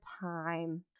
time